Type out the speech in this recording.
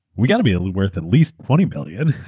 we got to be a little worth at least twenty billion